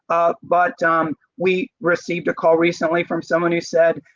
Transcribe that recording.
but um we received a call recently from someone who said,